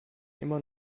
immer